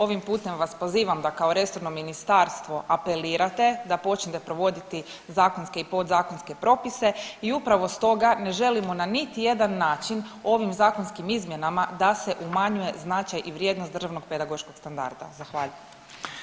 Ovim putem vas pozivam da kao resorno ministarstvo apelirate da počnete provoditi zakonske i podzakonske propise i upravo stoga ne želimo na niti jedan način ovim zakonskim izmjenama da se umanjuje značaj i vrijednost državnog pedagoškog standarda.